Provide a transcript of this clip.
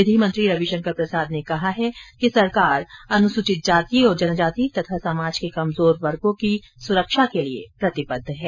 विधि मंत्री रविशंकर प्रसाद ने कहा है कि सरकार अनुसूचित जाति और अनुसूचित जनजाति तथा समाज के कमजोर वर्गों की सुरक्षा के लिए प्रतिबद्ध है